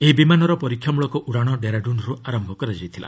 ଏହି ବିମାନର ପରୀକ୍ଷାମୂଳକ ଉଡ଼ାଣ ଡେରାଡୁନ୍ରୁ ଆରମ୍ଭ କରାଯାଇଥିଲା